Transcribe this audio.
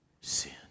sin